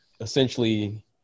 essentially